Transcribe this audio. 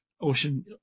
ocean